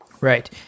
Right